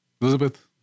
Elizabeth